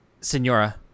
Senora